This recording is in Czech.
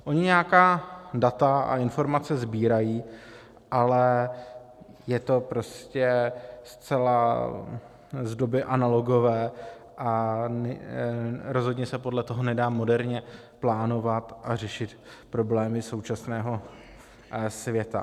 Oni nějaká data a informace sbírají, ale je to prostě zcela z doby analogové a rozhodně se podle toho nedá moderně plánovat a řešit problémy současného světa.